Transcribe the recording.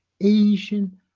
Asian